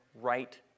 right